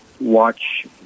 watch